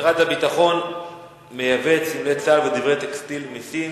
משרד הביטחון מייבא את סמלי צה"ל ודברי טקסטיל מסין,